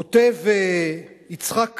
כותב יצחק קדמן,